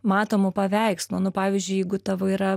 matomu paveikslu nu pavyzdžiui jeigu tavo yra